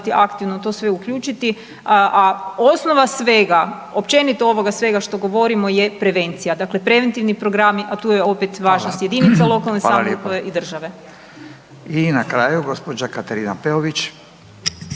aktivno to sve uključiti. A osnova sve, općenito ovoga svega što govorimo je prevencija. Dakle, preventivni programi, a tu je opet važnost jedinica …/Upadica: Hvala lijepa./… lokalne samouprave i